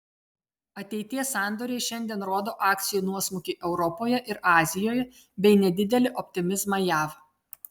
ateities sandoriai šiandien rodo akcijų nuosmukį europoje ir azijoje bei nedidelį optimizmą jav